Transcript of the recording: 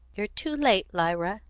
you're too late, lyra,